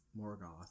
Morgoth